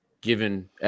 Given